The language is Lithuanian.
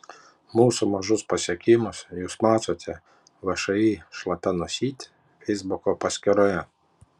mūsų mažus pasiekimus jūs matote všį šlapia nosytė feisbuko paskyroje